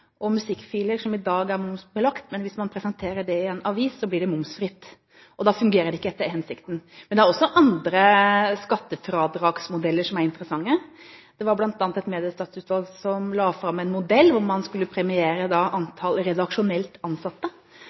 og musikkfiler som i dag er momsbelagt, blir momsfrie hvis man presenterer det i en avis. Da fungerer det ikke etter hensikten. Men det er også andre skattefradragsmodeller som er interessante. Et mediestøtteutvalg – Slettholm-utvalget – la fram en modell der man skulle premiere antall redaksjonelt ansatte